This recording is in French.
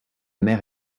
mer